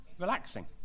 relaxing